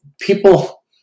people